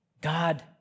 God